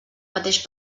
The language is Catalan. mateix